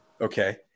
Okay